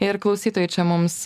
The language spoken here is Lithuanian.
ir klausytojai čia mums